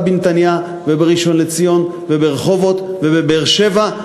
בנתניה ובראשון-לציון וברחובות ובבאר-שבע,